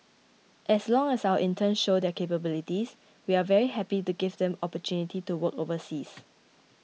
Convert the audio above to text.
as long as our interns show their capabilities we are very happy to give them the opportunity to work overseas